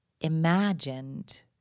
imagined